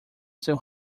seu